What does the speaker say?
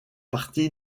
parti